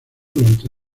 durante